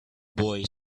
boy